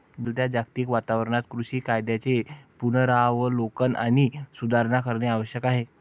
बदलत्या जागतिक वातावरणात कृषी कायद्यांचे पुनरावलोकन आणि सुधारणा करणे आवश्यक आहे